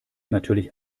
natürlich